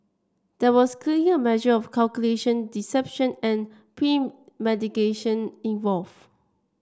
there was clearly a measure of calculation deception and premeditation involved